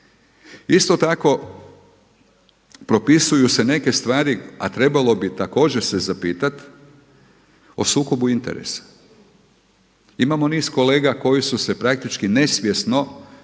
Isto tako propisuju se neke stvari, a trebalo bi također se zapitati o sukobu interesa. Imamo niz kolega koji su se praktički nesvjesno, ne želeći